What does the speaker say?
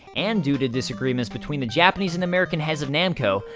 and due to disagreements between the japanese and american heads of namco,